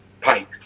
pipe